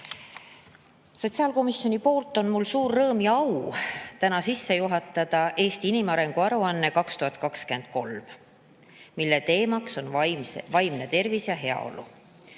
Sotsiaalkomisjoni poolt on mul suur rõõm ja au täna sisse juhatada "Eesti inimarengu aruanne 2023", mille teemaks on vaimne tervis ja heaolu. Veidi